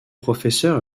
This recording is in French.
professeur